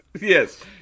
Yes